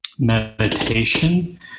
meditation